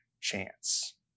chance